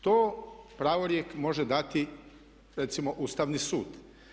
To pravorijek može dati recimo Ustavni sud.